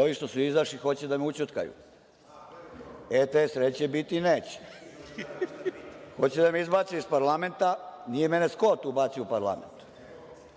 Ovi što su izašli hoće da me ućutkaju. E, te sreće biti neće. Hoće da me izbace iz parlamenta. Nije mene Skot ubacio u parlament.